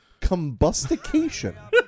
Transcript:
combustication